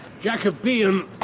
Jacobean